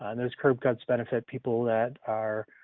and those curb cuts benefit people that are,